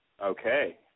Okay